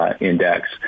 index